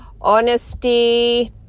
honesty